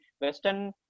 Western